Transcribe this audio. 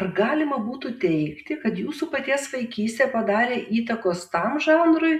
ar galima būtų teigti kad jūsų paties vaikystė padarė įtakos tam žanrui